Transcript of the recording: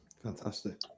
Fantastic